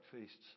feasts